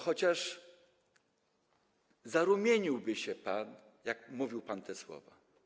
Chociaż zarumieniłby się pan, jak mówił pan te słowa.